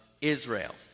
Israel